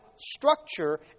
structure